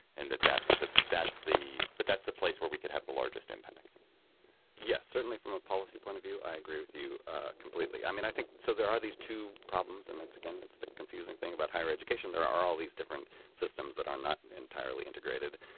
and that that's the that's the but that's the place where we could have the largest impact yes. certainly from a policy point of view i agree with you ah completely. i mean i think so there are these two problems and it's again that's the confusing thing about higher education there are all these different systems that are not entirely integrated.